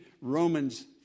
Romans